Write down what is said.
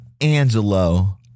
Angelo